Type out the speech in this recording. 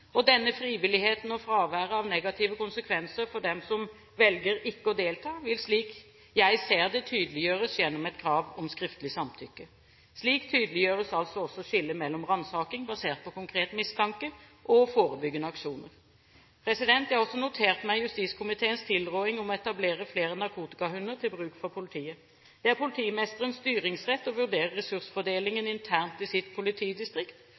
Denne frivilligheten og fraværet av negative konsekvenser for dem som velger ikke å delta, vil, slik jeg ser det, tydeliggjøres gjennom et krav om skriftlig samtykke. Slik tydeliggjøres altså også skillet mellom ransaking basert på konkret mistanke og forebyggende aksjoner. Jeg har også notert meg justiskomiteens tilråding om å etablere flere narkotikahunder til bruk for politiet. Det er politimesterens styringsrett å vurdere ressursfordelingen internt i sitt politidistrikt,